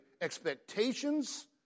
expectations